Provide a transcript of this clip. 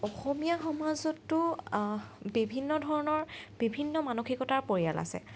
অসমীয়া সমাজতো বিভিন্ন ধৰণৰ বিভিন্ন মানসিকতাৰ পৰিয়াল আছে